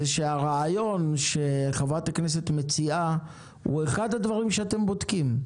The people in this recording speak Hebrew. זה שהרעיון שחברת הכנסת מציעה הוא אחד הדברים שאתם בודקים.